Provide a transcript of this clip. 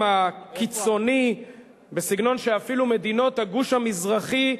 הקיצוני בסגנון שאפילו מדינות הגוש המזרחי,